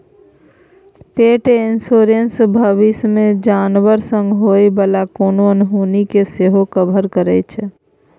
पेट इन्स्योरेन्स भबिस मे जानबर संग होइ बला कोनो अनहोनी केँ सेहो कवर करै छै